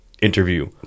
interview